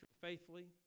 faithfully